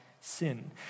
sin